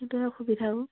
সেইটোৱে অসুবিধা অ'